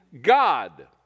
God